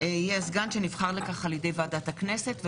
יהיה הסגן שנבחר לכך על ידי ועדת הכנסת.